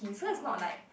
oh